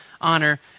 honor